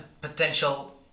potential